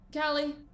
Callie